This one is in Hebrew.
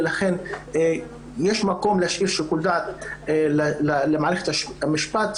ולכן יש מקום להשאיר שיקול דעת למערכת המשפט,